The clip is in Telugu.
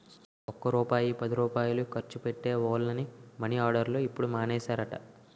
ఒక్క రూపాయి పదిరూపాయలు ఖర్చు పెట్టే వోళ్లని మని ఆర్డర్లు ఇప్పుడు మానేసారట